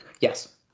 Yes